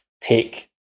take